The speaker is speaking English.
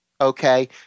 okay